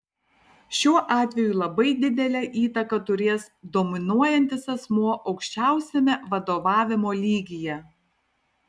šiuo atveju labai didelę įtaką turės dominuojantis asmuo aukščiausiame vadovavimo lygyje